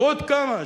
ועוד כמה,